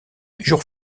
jour